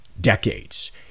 decades